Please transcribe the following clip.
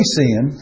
sin